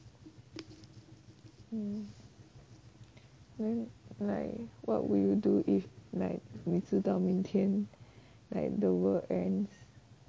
um then like what would you do if like 你知道明天 like the world ends